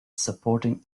supporting